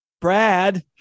Brad